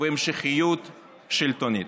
והמשכיות שלטונית.